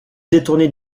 détourner